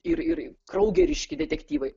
ir ir kraugeriški detektyvai